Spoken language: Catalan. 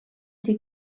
dir